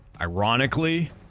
ironically